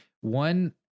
One